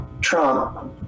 trump